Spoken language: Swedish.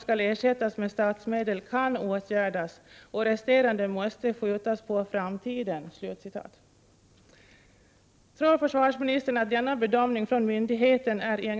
Tilldelningen är 285 milj.kr./år.